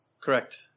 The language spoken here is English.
Correct